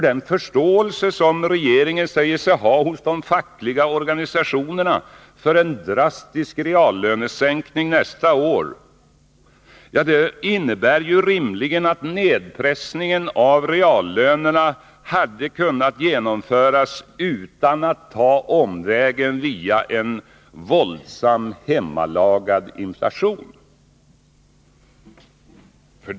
Den förståelse som regeringen säger sig ha hos de fackliga organisationerna för en drastisk reallönesänkning nästa år innebär rimligen att nedpressningen av reallönerna hade kunnat genomföras utan att man tagit omvägen via en våldsam hemmalagad inflation.